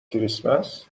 کریسمس